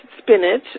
spinach